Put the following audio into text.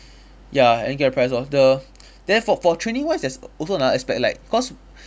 ya and get prize of the then for for training wise there's also another aspect like cause